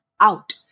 out